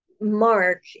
mark